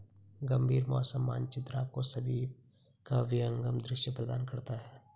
गंभीर मौसम मानचित्र आपको सभी का विहंगम दृश्य प्रदान करता है